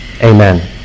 Amen